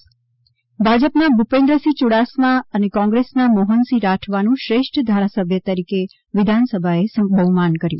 ૈ ભાજપના ભૂપેન્દ્રસિંહ યુડાસમા અને કોંગ્રેસના મોહનસિંહ રાઠવાનું શ્રેષ્ઠ ધારાસભ્ય તરીકે વિધાનસભાએ બહુમાન કર્યું